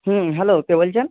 হুম hello কে বলছেন